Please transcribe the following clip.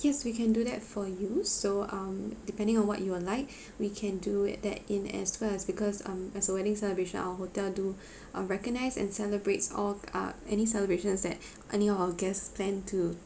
yes we can do that for you so um depending on what you would like we can do add that in as well as because um as a wedding celebration our hotel do uh recognise and celebrates all uh any celebrations that any of our guests plan to